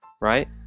right